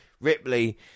Ripley